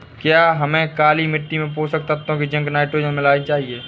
क्या हमें काली मिट्टी में पोषक तत्व की जिंक नाइट्रोजन डालनी चाहिए?